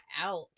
out